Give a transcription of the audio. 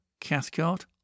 Cathcart